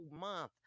month